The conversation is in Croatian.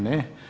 Ne.